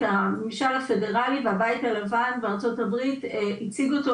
הממשל הפדרלי והבית הלבן בארה"ב הציגו אותו